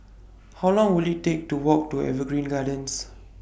How Long Will IT Take to Walk to Evergreen Gardens